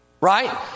Right